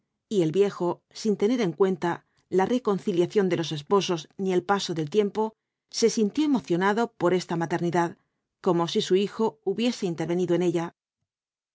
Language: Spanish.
y el viejo sin tener en cuenta la reconciliación de los esposos ni el paso del tiempo se sintió emocionado por esta maternidad como si su hijo hubiese intervenido en ella